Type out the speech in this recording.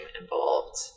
involved